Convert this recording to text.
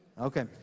Okay